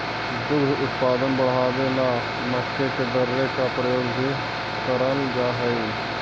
दुग्ध उत्पादन बढ़ावे ला मक्के के दर्रे का प्रयोग भी कराल जा हई